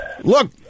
Look